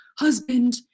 husband